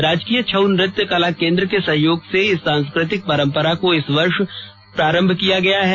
राजकीय छऊ नृत्य कला केंद्र के सहयोग से इस सांस्कृतिक परंपरा को इस वर्ष वर्ष भी प्रारंभ किया गया है